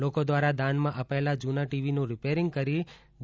લોકો દ્વારા દાનમાં અપાયેલા જૂના ટીવીનું રીપેરીંગ કરીને ડી